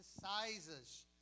sizes